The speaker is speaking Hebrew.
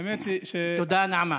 האמת היא, תודה, נעמה.